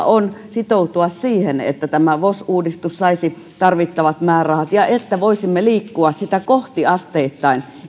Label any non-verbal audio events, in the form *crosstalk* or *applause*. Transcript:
*unintelligible* on sitoutua siihen että vos uudistus saisi tarvittavat määrärahat ja että voisimme liikkua sitä kohti asteittain